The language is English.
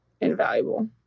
invaluable